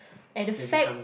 and the fact